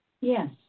Yes